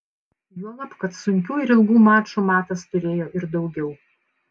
juolab kad sunkių ir ilgų mačų matas turėjo ir daugiau